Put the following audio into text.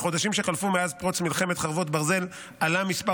בחודשים שחלפו מאז פרוץ מלחמת חרבות ברזל עלה מספר